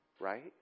Right